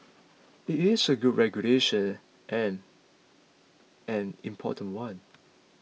it is a good regulation and an important one